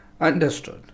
Understood